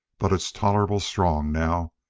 but it's tolerable strong now.